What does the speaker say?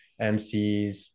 MCs